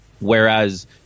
Whereas